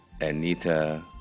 Anita